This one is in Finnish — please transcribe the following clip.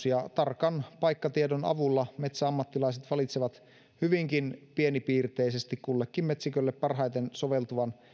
ja tarkan paikkatiedon avulla metsäammattilaiset valitsevat hyvinkin pienipiirteisesti kullekin metsikölle parhaiten soveltuvan